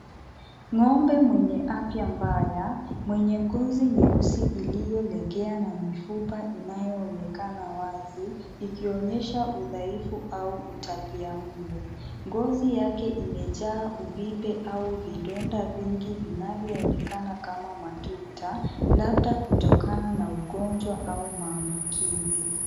Ng'ombe mwenye afya mbaya, mwenye ngozi nyeusi iliyolegea na mifupa inayo onekana wazi, ikionyesha udhaifu au utapiamlo. Ngozi yake imejaa uvimbe au vidonda vingi vinavyo onekana kama matuta, labda kutokana na ugonjwa au maambukizi.